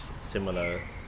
similar